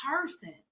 person